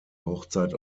hochzeit